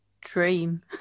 dream